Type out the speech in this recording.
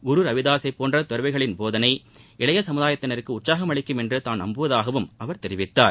குரு ரவிதாஸை போன்ற தறவிகளின் போதனை இளைய சமுதாயத்திற்கு உற்சாகம் அளிக்கும் என்று தாம் நம்வுவதாக அவர் தெரிவித்தார்